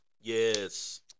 Yes